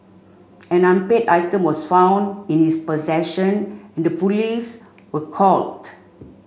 an unpaid item was found in this possession and the police were called